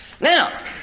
Now